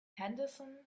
henderson